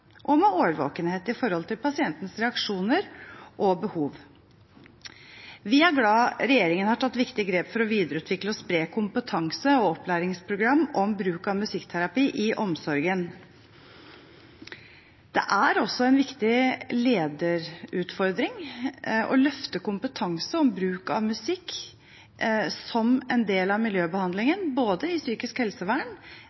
og årvåkenhet med hensyn til pasientens reaksjoner og behov. Vi er glad regjeringen har tatt viktige grep for å videreutvikle og spre kompetanse og opplæringsprogram om bruk av musikkterapi i omsorgen. Det er også en viktig lederutfordring å løfte kompetanse om bruk av musikk som en del av miljøbehandlingen både i psykisk helsevern